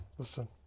listen